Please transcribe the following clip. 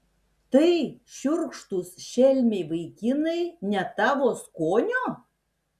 tai šiurkštūs šelmiai vaikinai ne tavo skonio